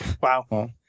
Wow